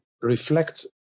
reflect